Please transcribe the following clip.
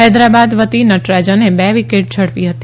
હૈદરાબાદ વતી નટરાજને બે વિકેટ ઝડપી હતી